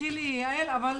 תסלחי לי, יעל, אבל